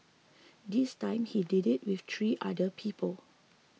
this time he did it with three other people